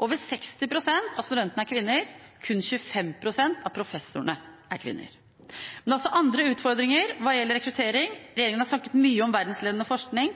Over 60 pst. av studentene er kvinner, kun 25 pst. av professorene er kvinner. Men det er også andre utfordringer hva gjelder rekruttering. Regjeringen har snakket mye om verdensledende forskning,